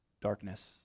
darkness